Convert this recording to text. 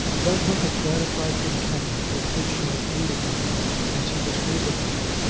that look of gratified contentment with which she had greeted him as he was leaving her,